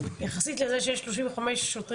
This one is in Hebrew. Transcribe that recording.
יחסית לזה שיש 35 שוטרים,